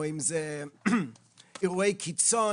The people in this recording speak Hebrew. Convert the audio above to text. או אם זה אירועי קיצון,